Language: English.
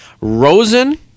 Rosen